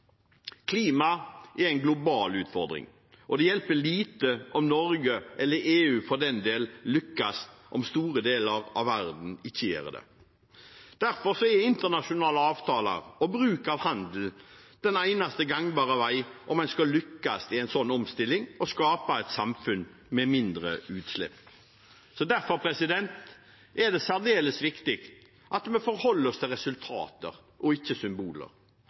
Klimaet er en global utfordring. Det hjelper lite om Norge – eller EU, for den del – lykkes, om store deler av verden ikke gjør det. Derfor er internasjonale avtaler og bruk av handel den eneste gangbare vei om en skal lykkes i en sånn omstilling og skape et samfunn med mindre utslipp. Derfor er det særdeles viktig at vi forholder oss til resultater og ikke symboler,